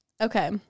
Okay